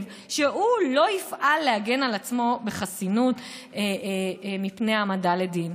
שהוא לא יפעל להגן על עצמו בחסינות מפני העמדה לדין.